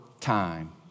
time